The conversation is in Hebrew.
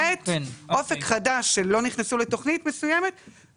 למעט אופק חדש שלא נכנסו לתוכנית מסוימת,